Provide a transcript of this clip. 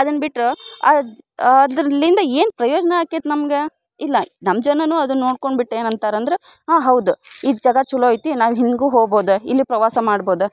ಅದನ್ನ ಬಿಟ್ರೆ ಅದು ಅದರಿಂದ ಏನು ಪ್ರಯೋಜನ ಆಕ್ಕೇತಿ ನಮ್ಗೆ ಇಲ್ಲ ನಮ್ಮ ಜನರೂ ಅದನ್ನ ನೋಡ್ಕೊಂಡ್ಬಿಟ್ಟು ಏನು ಅಂತಾರೆ ಅಂದ್ರೆ ಹಾಂ ಹೌದು ಈ ಜಗತ್ತು ಚಲೋ ಐತಿ ನಾವು ಹಿಂಗೂ ಹೋಗ್ಬೋದು ಇಲ್ಲಿ ಪ್ರವಾಸ ಮಾಡ್ಬೋದು